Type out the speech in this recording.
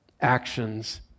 actions